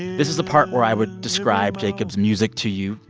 this is the part where i would describe jacob's music to you,